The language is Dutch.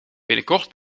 binnenkort